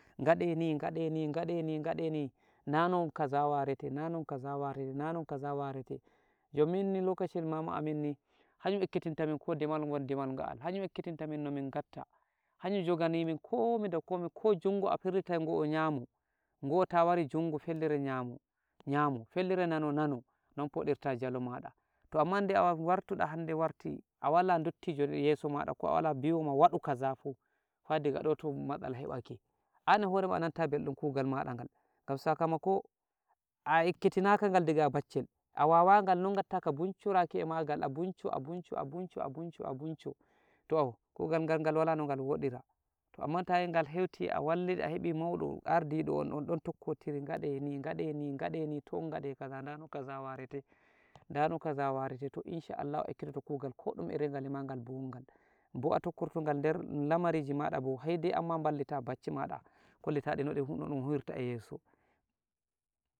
Ngaɗe ni - ngaɗe ni- ngaɗe ni - ngaɗe ni, nanon kaza warete, nanon kaza warete, nanon kaza warete, jon min ni lokashiyel mama aminni, hanyum ekkitin tamin ko demal, won demal ngal, hanyum ekkitin tamin nomin ngatta, hanyum jogani min, komi da komi, ko jungo, a firlitai ngo nyamo, ngo ta wari jungo fellere nyamo - nyamo, fellere nano - nano, non fuɗirta jalo maɗa, to amma nde wartoɗa hande warti awala dajjijo yeso maɗa ko'awala bi'oma waɗu kazafu fa daga to matsala heɓake, an e hore maɗa a nanta belɗum kugal maɗa gal, gam sakamako a ekkitinaka gal daga a baccel, a wawagal non gatta kabun choraki a magal abuncu abuncu abuncu abuncu abuncu to kugalgal gal wala nogal woɗira, to amma tayi gal heuti a walle, ahebi maudo ardiɗo on, on don takkotiri, ngaɗe ni ngaɗe ni ngaɗe ni to on ngaɗe ni toɗun gaɗai kaza ɗano kaza warite to insha Allah on ekkitoto kugal koɗume a regal nangal bungal bo'a tukkurtugal der lamariji mada bo sai dai amma ballita bacci mada, kollitadi ɗun huwirta yeso